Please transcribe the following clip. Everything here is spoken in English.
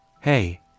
Hey